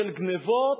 של גנבות.